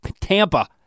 Tampa